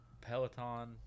Peloton